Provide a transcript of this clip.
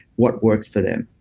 what works for them.